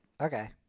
Okay